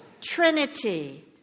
Trinity